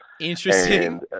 Interesting